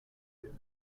für